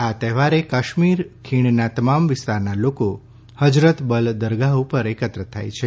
આ તહેવારે કાશ્મીર ખીણના તમામ વિસ્તારના લોકો ફજરત બલ દરગાહ ઉપર એકત્ર થાય છે